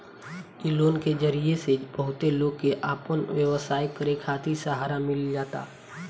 इ लोन के जरिया से बहुते लोग के आपन व्यवसाय करे खातिर सहारा मिल जाता